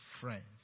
Friends